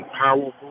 powerful